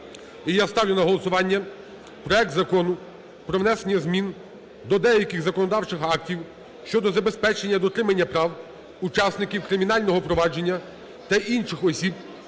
І я ставлю на голосування проект Закону про внесення змін до деяких законодавчих актів щодо забезпечення дотримання прав учасників кримінального провадження та інших осіб